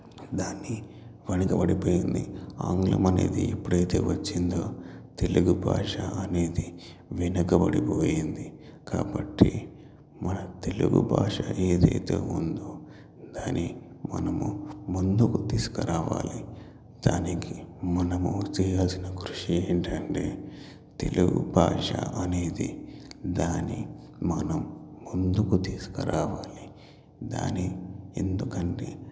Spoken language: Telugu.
దాన్ని వెనకబడిపోయింది ఆంగ్లం అనేది ఎప్పుడైతే వచ్చిందో తెలుగు భాష అనేది వెనకబడిపోయింది కాబట్టి మనం తెలుగు భాష ఏదైతే ఉందో దాన్ని మనము ముందుకు తీసుకురావాలి దానికి మనము చేయాల్సిన కృషి ఏంటంటే తెలుగు భాష అనేది దాని మనం ముందుకు తీసుకురావాలి దాన్ని ఎందుకంటే ఎందుకంటే